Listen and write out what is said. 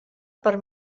per